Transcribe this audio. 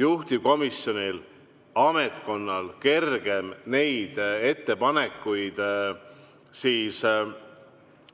juhtivkomisjonil ja ametkonnal kergem neid ettepanekuid